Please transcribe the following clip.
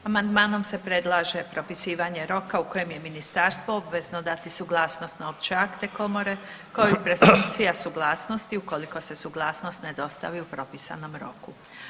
Amandmanom se predlaže propisivanje roka u kojem je ministarstvo obvezno dati suglasnost na opće akte komore kao i presumpcija suglasnosti ukoliko se suglasnost ne dostavi u propisanom roku.